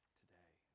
today